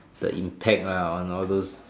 the impact lah on all those